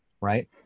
right